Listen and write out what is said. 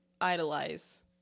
idolize